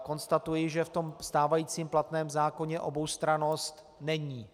Konstatuji, že v tom stávajícím platném zákoně oboustrannost není.